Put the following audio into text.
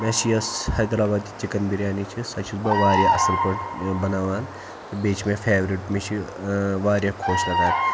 مےٚ چھِ یۄس حیدرآبادی چِکَن بِریانی چھِ سۄ چھُس بہٕ واریاہ اَصٕل پٲٹھۍ یہِ بَناوان تہٕ بیٚیہِ چھِ مےٚ فیورِٹ مےٚ چھِ واریاہ خۄش لَگان